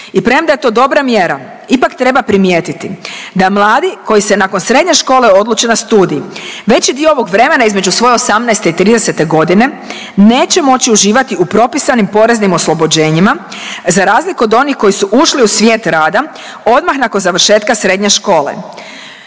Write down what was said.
i premda je to dobra mjera ipak treba primijetiti da mladi koji se nakon srednje škole odluče na studij, veći dio ovog vremena između svoje 18. i 30. godine neće moći uživati u propisanim poreznim oslobođenjima za razliku od onih koji su ušli u svijet rada odmah nakon završetka srednje škole.